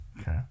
Okay